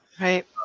Right